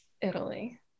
Italy